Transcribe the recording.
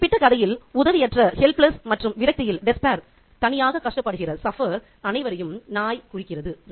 இந்த குறிப்பிட்ட கதையில் உதவியற்ற மற்றும் விரக்தியில் தனியாக கஷ்டப்படுகிற அனைவரையும் நாய் குறிக்கிறது